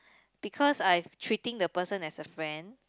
because I've treating the person as a friend